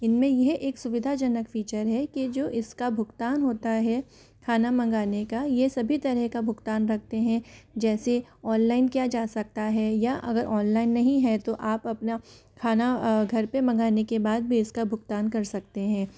इनमें ये एक सुविधाजनक फ़ीचर है कि जो इसका भुगतान होता है खाना मँगाने का ये सभी तरह का भुगतान रखते हैं जैसे ऑनलाइन किया जा सकता है या अगर ऑनलाइन नहीं हैं आप अपना खाना घर पे मँगाने ने के बाद भी उसका भुगतान कर सकते हैं